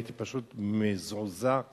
הייתי פשוט מזועזע והמום,